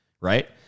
right